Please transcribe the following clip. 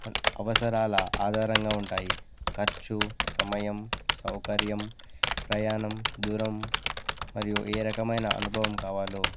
అవసరాల ఆధారంగా ఉంటాయి ఖర్చు సమయం సౌకర్యం ప్రయాణం దూరం మరియు ఏ రకమైన అనుభవం కావాలో